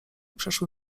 przeszły